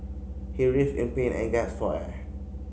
he writhed in pain and gasped for air